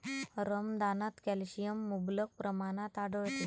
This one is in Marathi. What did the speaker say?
रमदानात कॅल्शियम मुबलक प्रमाणात आढळते